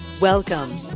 Welcome